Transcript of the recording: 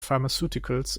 pharmaceuticals